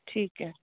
ਠੀਕ ਹੈ